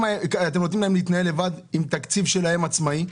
אתם נותנים להם להתנהל לבד, עם תקציב עצמאי משלהם,